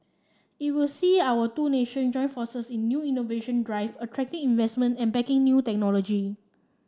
it will see our two nation join forces in new innovation drive attracting investment and backing new technology